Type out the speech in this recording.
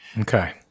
Okay